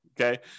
Okay